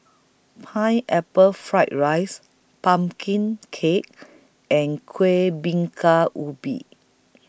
Pineapple Fried Rice Pumpkin Cake and Kuih Bingka Ubi